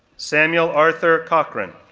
samuel arthur cochran,